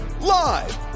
live